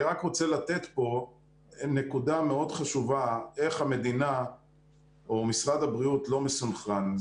אני רק רוצה לתת פה נקודה מאוד חשובה איך משרד הבריאות לא מסונכרן.